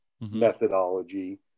methodology